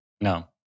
No